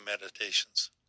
Meditations